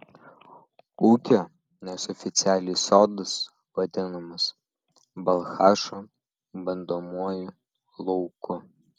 ūkio nes oficialiai sodas vadinamas balchašo bandomuoju lauku